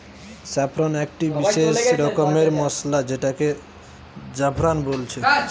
saffron একটি বিসেস রকমের মসলা যেটাকে জাফরান বলছে